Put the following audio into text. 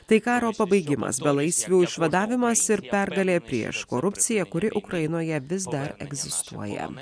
tai karo pabaigimas belaisvių išvadavimas ir pergalė prieš korupciją kuri ukrainoje vis dar egzistuoja